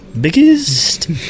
Biggest